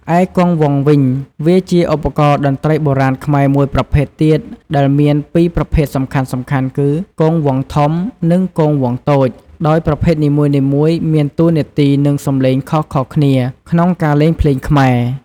ឯ គងវង់វិញ វាជាឧបករណ៍តន្រ្តីបុរាណខ្មែរមួយប្រភេទទៀតដែលមានពីរប្រភេទសំខាន់ៗគឺ គងវង់ធំ និងគងវង់តូច ដោយប្រភេទនីមួយៗមានតួនាទី និងសំឡេងខុសៗគ្នា ក្នុងការលេងភ្លេងខ្មែរ។